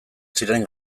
ziren